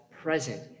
present